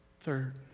third